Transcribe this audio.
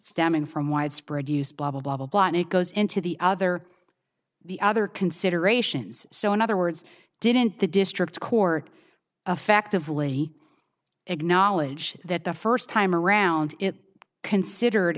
stemming from widespread use blah blah blah and it goes into the other the other considerations so in other words didn't the district court affectively acknowledge that the first time around it considered